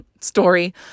story